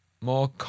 more